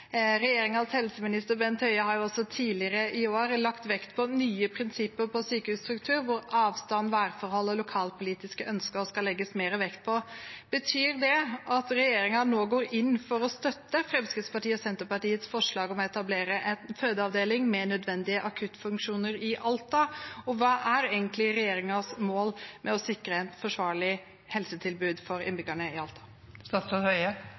helseminister, Bent Høie, har jo også, tidligere i år, lagt vekt på nye prinsipper for sykehusstruktur, hvor avstand, værforhold og lokalpolitiske ønsker skal legges mer vekt på. Betyr det at regjeringen nå går inn for å støtte Fremskrittspartiet og Senterpartiets forslag om å etablere en fødeavdeling med nødvendige akuttfunksjoner i Alta? Og hva er egentlig regjeringens mål med å sikre et forsvarlig helsetilbud for